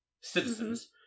citizens